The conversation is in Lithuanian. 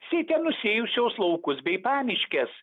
sėte nusėjusios laukus bei pamiškės